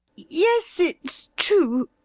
yes, it's true.